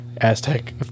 Aztec